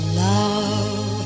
love